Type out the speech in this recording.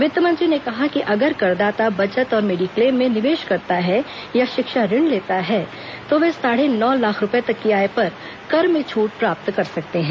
वित्त मंत्री ने कहा कि अगर करदाता बचत और मेडी क्लेम में निवेश में करता है या शिक्षा ऋण लेता है तो वे साढ़े नौ लाख रूपए तक की आय पर कर में छूट प्राप्त कर सकते हैं